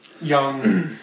young